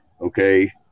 okay